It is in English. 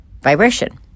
vibration